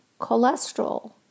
Cholesterol